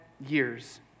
years